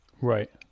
Right